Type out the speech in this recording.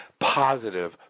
positive